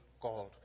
called